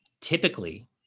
typically